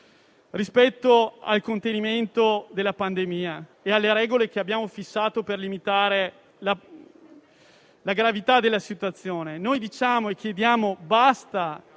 rispetto al contenimento della pandemia e alle regole che abbiamo fissato per limitare la gravità della situazione. Noi diciamo e chiediamo un basta